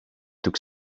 took